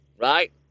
right